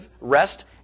rest